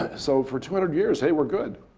so for two hundred years. hey, we're good.